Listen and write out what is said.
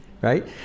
right